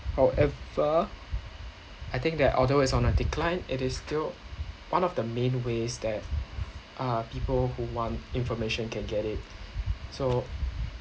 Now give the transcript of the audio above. however I think that although it's on a decline it is still one of the main ways that uh people who want information can get it so